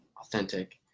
Authentic